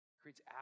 creates